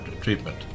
treatment